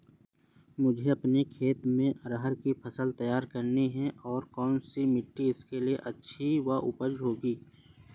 मुझे अपने खेत में अरहर की फसल तैयार करनी है और कौन सी मिट्टी इसके लिए अच्छी व उपजाऊ होगी?